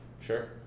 sure